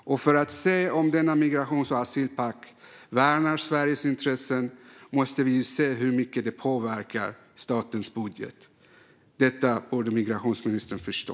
För att se om migrations och asylpakten värnar Sveriges intressen måste vi se hur mycket den påverkar statens budget. Detta borde migrationsministern förstå.